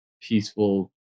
peaceful